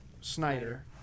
Snyder